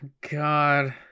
God